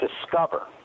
discover